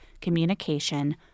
communication